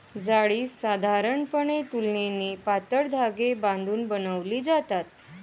जाळी साधारणपणे तुलनेने पातळ धागे बांधून बनवली जातात